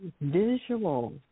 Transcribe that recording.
visual